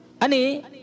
Ani